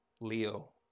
Leo